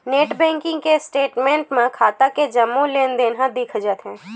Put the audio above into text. net banking के statement म खाता के जम्मो लेनदेन ह दिख जाथे